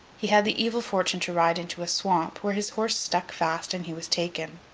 he had the evil fortune to ride into a swamp, where his horse stuck fast and he was taken.